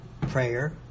prayer